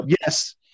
yes –